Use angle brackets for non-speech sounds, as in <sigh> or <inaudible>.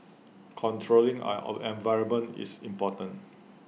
controlling <hesitation> our environment is important